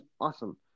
awesome